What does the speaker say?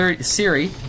Siri